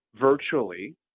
virtually